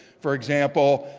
for example,